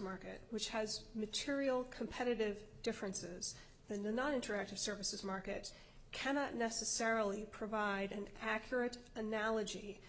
market which has material competitive differences in the not interactive services market cannot necessarily provide an accurate analogy